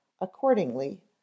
accordingly